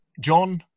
John